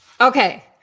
Okay